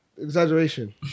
Exaggeration